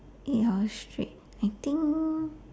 eight hours straight I think